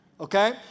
Okay